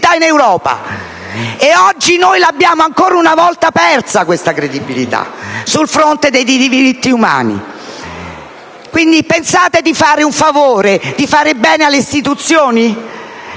Oggi noi l'abbiamo ancora una volta persa, questa credibilità, sul fronte dei diritti umani. Pensate di fare un favore, di fare bene alle istituzioni?